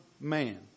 man